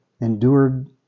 endured